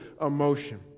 emotion